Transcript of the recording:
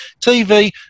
TV